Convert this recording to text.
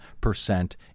percent